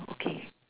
okay